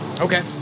Okay